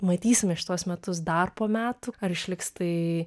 matysime šituos metus dar po metų ar išliks tai